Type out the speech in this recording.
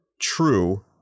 true